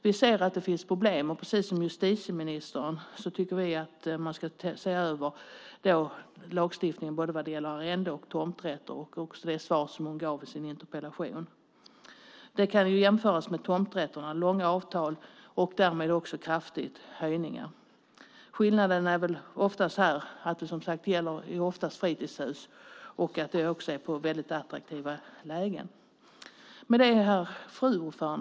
Vi anser att det finns problem. Precis som justitieministern tycker vi att lagstiftningen ska ses över vad gäller arrende och tomträtt. Det är också det svar justitieministern gav på en interpellation. Det här kan jämföras med tomträtterna. Långa avtal innebär kraftiga höjningar. Skillnaden är att arrenden i regel gäller fritidshus, oftast i attraktiva lägen. Fru talman!